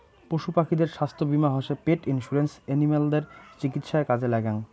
পশু পাখিদের ছাস্থ্য বীমা হসে পেট ইন্সুরেন্স এনিমালদের চিকিৎসায় কাজে লাগ্যাঙ